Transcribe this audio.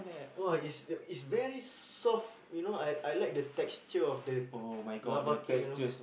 !wah! it's it's very soft you know I I like the texture of the lava cake you know